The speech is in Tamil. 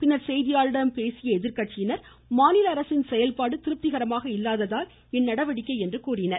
பின்னர் செய்தியாளர்களிடம் பேசிய எதிர்கட்சியினர் மாநில அரசின் செயல்பாடு திருப்திகரமாக இல்லாததால் இந்நடவடிககை என்று கூறினர்